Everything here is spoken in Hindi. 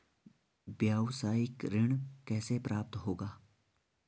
व्यावसायिक ऋण कैसे प्राप्त होगा?